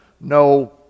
no